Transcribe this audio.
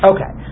Okay